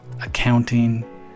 accounting